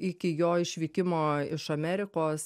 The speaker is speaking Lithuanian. iki jo išvykimo iš amerikos